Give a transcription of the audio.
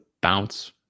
bounce